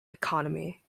economy